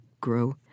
grow